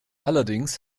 allerdings